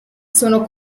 sono